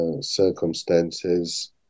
circumstances